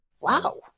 wow